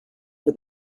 for